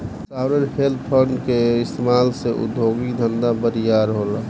sovereign wealth fund के इस्तमाल से उद्योगिक धंधा बरियार होला